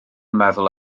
meddwl